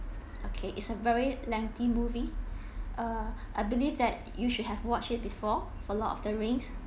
okay it's a very lengthy movie uh I believe that you should have watched it before for lord of the rings